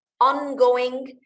ongoing